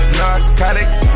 narcotics